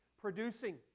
producing